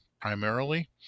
primarily